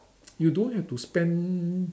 you don't have to spend